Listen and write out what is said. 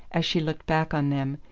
as she looked back on them,